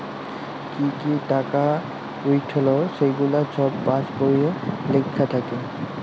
কি কি টাকা উইঠল ছেগুলা ছব পাস্ বইলে লিখ্যা থ্যাকে